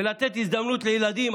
ולתת הזדמנות לילדים.